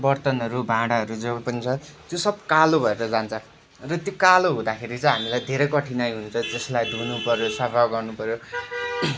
बर्तनहरू भाँडाहरू जो पनि छ त्यो सब कालो भएर जान्छ र त्यो कालो हुँदाखेरि चाहिँ हामीलाई धेरै कठिनाई हुन्छ त्यसलाई धुनुपर्यो सफा गर्नुपर्यो